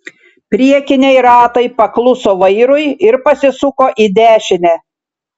priekiniai ratai pakluso vairui ir pasisuko į dešinę